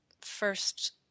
first